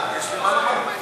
יש לי מה לומר בעניין.